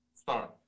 start